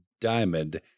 diamond